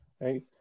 right